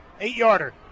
Eight-yarder